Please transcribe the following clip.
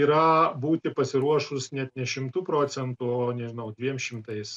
yra būti pasiruošus net ne šimtu procentų o nežinau dviem šimtais